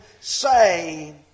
say